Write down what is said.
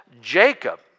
Jacob